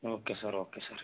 okay sir okay sir